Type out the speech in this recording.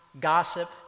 gossip